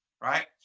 Right